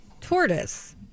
tortoise